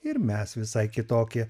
ir mes visai kitokie